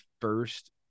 first